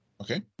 Okay